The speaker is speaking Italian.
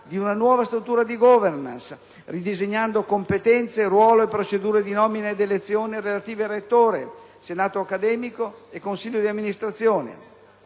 di una nuova struttura di *governance*, ridisegnando competenze, ruolo e procedure di nomina ed elezione, relative a rettore, Senato accademico, e Consiglio di amministrazione.